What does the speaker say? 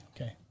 Okay